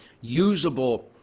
usable